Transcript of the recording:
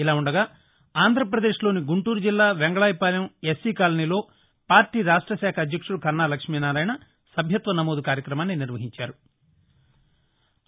ఇలా ఉండగా ఆంద్ర పదేశ్ లోని గుంటూరు జిల్లా వెంగళాయపాలెం ఎస్సీ కాలనీలో పార్టీ రాష్ట శాఖ అధ్యక్షుడు కన్నా లక్ష్మినారాయణ సభ్యత్వ నమోదు కార్యక్రమాన్ని నిర్వహించారు